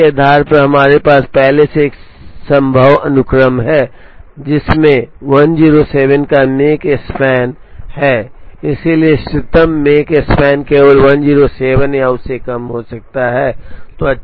इसके आधार पर हमारे पास पहले से ही एक संभव अनुक्रम है जिसमें 107 का मेक स्पैन है इसलिए इष्टतम मेक स्पान केवल 107 या उससे कम हो सकता है